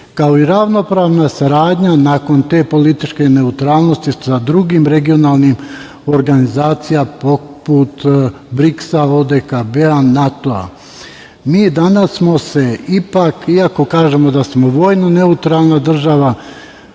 kao i ravnopravna saradnja nakon te političke neutralnosti sa drugim regionalnim organizacijama, poput BRIKS-a, ODKB-a, NATO-a. Mi danas smo se ipak, iako kažemo da smo vojno neutralna država,